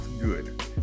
good